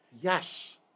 Yes